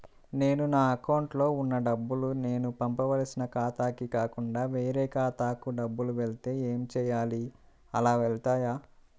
నేను నా అకౌంట్లో వున్న డబ్బులు నేను పంపవలసిన ఖాతాకి కాకుండా వేరే ఖాతాకు డబ్బులు వెళ్తే ఏంచేయాలి? అలా వెళ్తాయా?